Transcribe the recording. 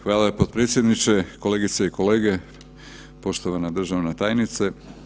Hvala potpredsjedniče, kolegice i kolege, poštovana državna tajnice.